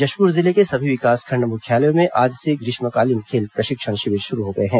जशपुर जिले के सभी विकासखंड मुख्यालयों में आज से ग्रीष्मकालीन खेल प्रशिक्षण शिविर शुरू हो गए हैं